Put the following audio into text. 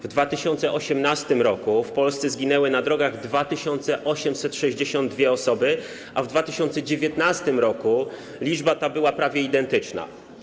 W 2018 r. w Polsce zginęły na drogach 2862 osoby, a w 2019 r. liczba ta była prawie identyczna.